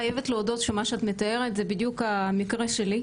אני חייבת להודות שמה שאת מתארת זה בדיוק המקרה שלי,